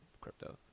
crypto